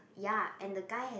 ya and the guy has